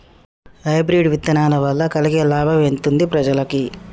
Hybrid విత్తనాల వలన కలిగే లాభం ఎంతుంది ప్రజలకి?